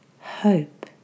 hope